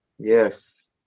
Yes